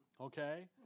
okay